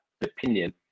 opinion